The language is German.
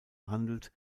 handelt